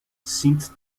sind